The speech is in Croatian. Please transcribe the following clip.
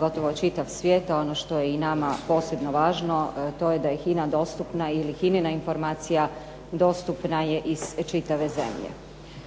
gotovo čitav svijet, a ono što je nama posebno važno da je HINA-ina informacija dostupna iz čitave zemlje.